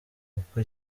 uko